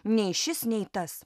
nei šis nei tas